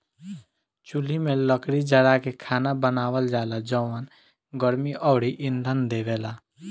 चुल्हि में लकड़ी जारा के खाना बनावल जाला जवन गर्मी अउरी इंधन देवेला